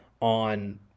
on